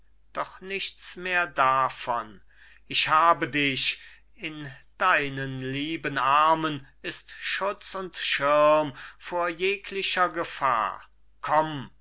gegeben doch nichts mehr davon ich habe dich in deinen lieben armen ist schutz und schirm vor jeglicher gefahr komm